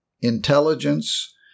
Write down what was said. intelligence